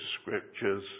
scriptures